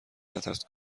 نترس